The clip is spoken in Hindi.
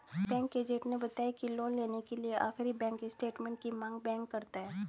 बैंक एजेंट ने बताया की लोन लेने के लिए आखिरी बैंक स्टेटमेंट की मांग बैंक करता है